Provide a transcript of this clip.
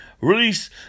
Release